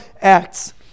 acts